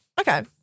Okay